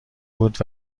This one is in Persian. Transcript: بود